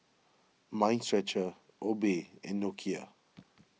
Mind Stretcher Obey and Nokia